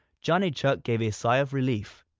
johnny chuck gave a sigh of relief,